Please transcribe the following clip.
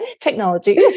Technology